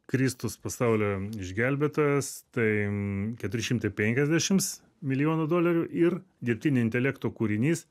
kristus pasaulio išgelbėtojas tai keturi šimtai penkiasdešims milijonų dolerių ir dirbtinio intelekto kūrinys